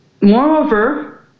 moreover